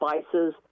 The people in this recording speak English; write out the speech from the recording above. spices